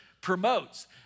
promotes